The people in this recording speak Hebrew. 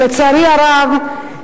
לצערי הרב,